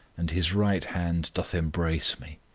and his right hand doth embrace me.